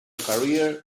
career